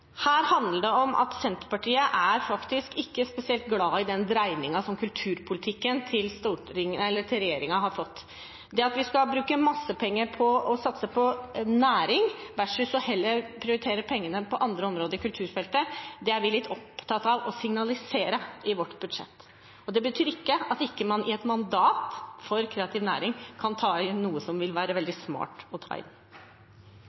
Her handler det om at Senterpartiet ikke er spesielt glad i den dreiningen som kulturpolitikken til regjeringen har fått. Det at vi skal bruke mye penger på å satse på næring, versus heller å prioritere pengene på andre områder i kulturfeltet, er vi litt opptatt av å signalisere i vårt budsjett. Det betyr ikke at man i et mandat for kreativ næring ikke kan ta inn noe som vil være